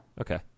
Okay